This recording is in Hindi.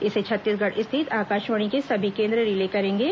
इसे छत्तीसगढ़ स्थित आकाशवाणी के सभी केंद्र रिले करेंगे